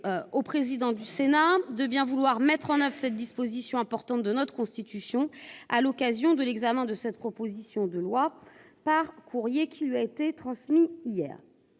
au président du Sénat de bien vouloir mettre en oeuvre cette disposition importante de notre Constitution à l'occasion de l'examen de cette proposition de loi, par courrier qui lui a été transmis hier.